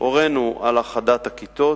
הורינו על האחדת הכיתות,